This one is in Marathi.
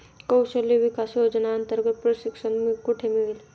कौशल्य विकास योजनेअंतर्गत प्रशिक्षण कुठे मिळेल?